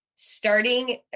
starting